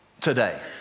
today